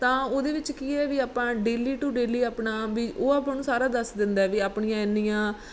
ਤਾਂ ਉਹਦੇ ਵਿਚ ਕੀ ਹੈ ਵੀ ਆਪਾਂ ਡੇਲੀ ਟੂ ਡੇਲੀ ਆਪਣਾ ਵੀ ਉਹ ਆਪਾਂ ਨੂੰ ਸਾਰਾ ਦੱਸ ਦਿੰਦਾ ਹੈ ਵੀ ਆਪਣੀਆਂ ਇੰਨੀਆਂ